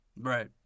Right